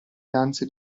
danze